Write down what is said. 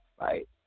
right